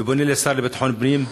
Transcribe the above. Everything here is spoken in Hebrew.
ואני פונה לשר לביטחון הפנים,